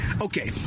Okay